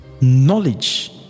Knowledge